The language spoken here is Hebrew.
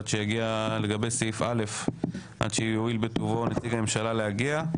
עד שיואיל בטובו נציג הממשלה להגיע.